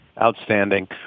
Outstanding